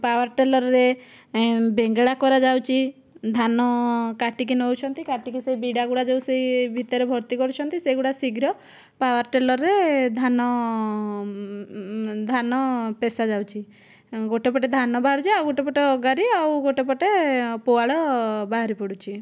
ପାୱାରଟିଲରରେ ବେଙ୍ଗେଳା କରାଯାଉଛି ଧାନ କାଟିକି ନେଉଛନ୍ତି କାଟିକି ସେ ବିଡ଼ା ଗୁଡ଼ାକ ସେଇ ଭିତରେ ଭର୍ତ୍ତି କରିଛନ୍ତି ସେଇଗୁଡ଼ା ଶୀଘ୍ର ପାୱାର ଟିଲରରେ ଧାନ ଧାନ ପେଷାଯାଉଛି ଗୋଟିଏ ପଟେ ଧାନ ଭରୁଛି ଆଉ ଗୋଟିଏ ପଟେ ଅଗାଡ଼ି ଆଉ ଗୋଟିଏ ପଟେ ପୋହାଳ ବାହାରି ପଡ଼ୁଛି